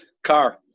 Car